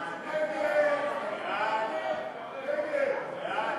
ההצעה להסיר מסדר-היום